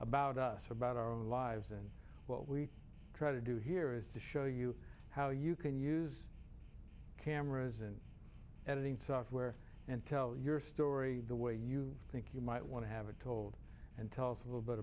about us about our lives and what we try to do here is to show you how you can use cameras and editing software and tell your story the way you think you might want to have a told and tell us a little bit